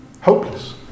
Hopeless